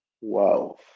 wow